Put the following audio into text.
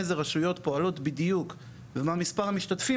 איזה רשויות פועלות בדיוק ומה מספר המשתתפים